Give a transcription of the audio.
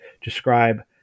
describe